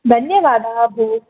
धन्यवादाः भोः